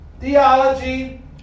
Theology